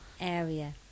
area